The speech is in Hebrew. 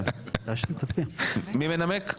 מי מנמק?